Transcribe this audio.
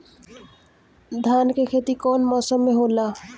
धान के खेती कवन मौसम में होला?